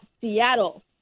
Seattle